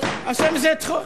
עושה מזה צחוק.